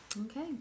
Okay